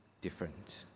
different